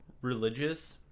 religious